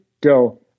Go